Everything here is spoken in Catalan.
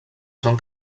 són